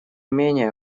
менее